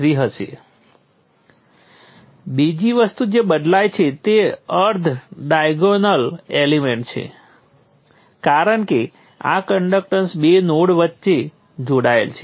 તેથી તે આપણે શું કરીએ છીએ તેથી તમે જોયું કે ફરીથી વોલ્ટેજ સ્ત્રોતો નોડ 1 અને નોડ 2 વચ્ચે જોડાયેલા છે